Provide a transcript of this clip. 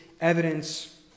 evidence